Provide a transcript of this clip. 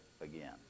again